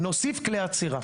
נוסיף כלי עצירה.